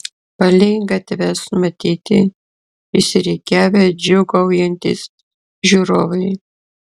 palei gatves matyti išsirikiavę džiūgaujantys žiūrovai